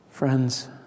Friends